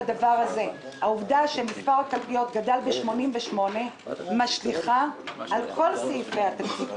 העובדה שמספר הקלפיות גדל ב-88 משליכה על כל סעיפי התקציב.